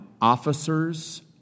officers